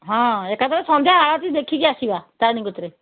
ହଁ ଏକାଥରେ ସନ୍ଧ୍ୟା ଆଳତି ଦେଖିକି ଆସିବା ତାରିଣୀ କତିରେ